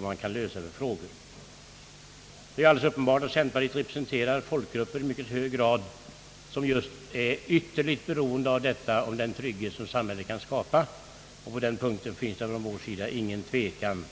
när det gäller dessa frågor. Det är alldeles uppenbart att centerpartiet i mycket hög grad representerar folkgrupper, som är ytterligt beroende av den trygghet som samhället kan skapa. På den punkten råder det från vår sida ingen tvekan.